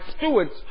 stewards